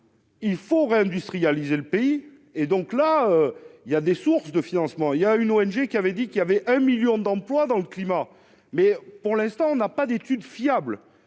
Il faut réindustrialiser le pays et donc là il y a des sources de financement, il y a une ONG qui avait dit qu'il y avait un 1000000 d'emplois dans le climat mais pour l'instant, on n'a pas d'études fiables.